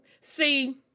See